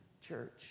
church